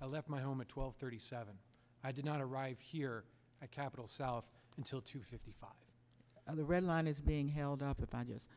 i left my home at twelve thirty seven i did not arrive here i capital south until two fifty five and the red line is being held up the five yes